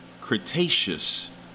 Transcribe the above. Cretaceous